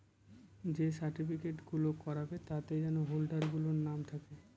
যে সার্টিফিকেট গুলো করাবে তাতে যেন হোল্ডার গুলোর নাম থাকে